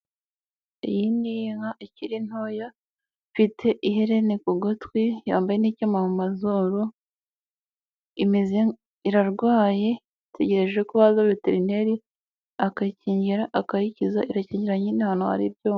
Iyi ni inka ikiri ntoya, ifite iherena ku gutwi, yambaye n'icyuma mu mazuru, irarwaye itegereje ko haza veterineri, akayikingira, akayikiza, akayikingira nyine ahantu hari ibyo.